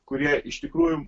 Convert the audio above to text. kurie iš tikrųjų